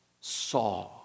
saw